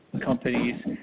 companies